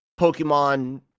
Pokemon